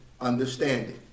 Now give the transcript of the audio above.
understanding